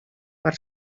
per